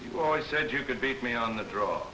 you always said you could beat me on the draw